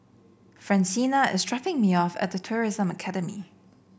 Francina is dropping me off at The Tourism Academy